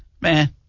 man